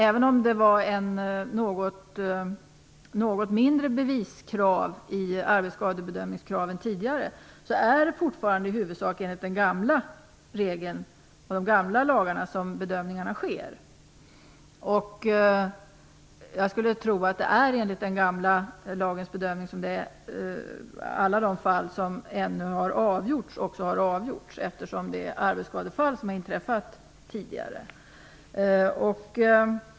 Även om det var ett något lägre beviskrav i arbetsskadeförsäkringen tidigare, sker bedömningarna fortfarande i huvudsak enligt de gamla reglerna. Jag skulle tro att det är enligt den gamla lagen som bedömningarna har gjorts i alla de fall som har avgjorts, eftersom det är arbetsskadefall som har inträffat tidigare.